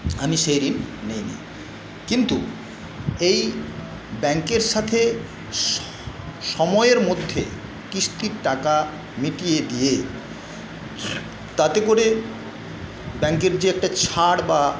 আমি সে ঋণ নিইনি কিন্তু এই ব্যাঙ্কের সাথে সময়ের মধ্যে কিস্তির টাকা মিটিয়ে দিয়ে তাতে করে ব্যাঙ্কের যে একটা ছাড় বা